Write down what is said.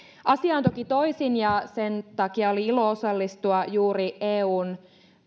on toki toisin ja sen takia oli ilo juuri osallistua eun